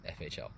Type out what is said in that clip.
FHL